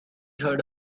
heard